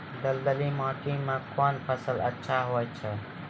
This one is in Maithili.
दलदली माटी म कोन फसल अच्छा होय छै?